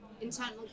internal